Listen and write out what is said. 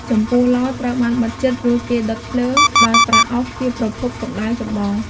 ចំពោះ ឡ ត្រូវបានបិទជិត រួចគេដុតភ្លើងដោយប្រើអុសជាប្រភពកំដៅចម្បង។